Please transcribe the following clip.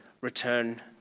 Return